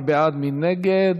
מי בעד ומי נגד